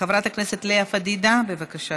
חברת הכנסת לאה פדידה, בבקשה,